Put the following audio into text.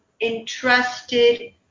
entrusted